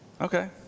okay